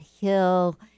hill